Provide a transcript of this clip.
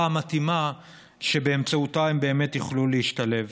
המתאימה שבאמצעותה הם באמת יוכלו להשתלב.